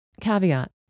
Caveat